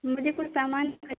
مجھے کچھ سامان